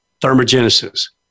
thermogenesis